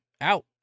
out